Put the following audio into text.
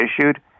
issued